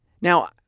Now